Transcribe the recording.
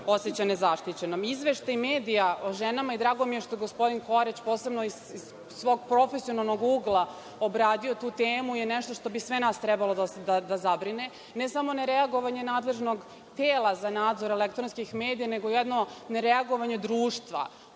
oseća nezaštićenom. Izveštaj medija o ženama, i drago mi je što je gospodin Korać posebno iz svog profesionalnog ugla obradio tu temu, je nešto što bi sve nas trebalo da zabrine, ne samo nereagovanje nadležnog tela za nadzor elektronskih medija, nego jedno nereagovanje društva,